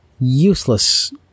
useless